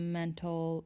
mental